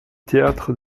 théâtre